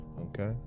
Okay